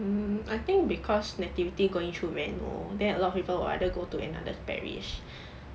mm I think because nativity going through reno then a lot of people will either go to another parish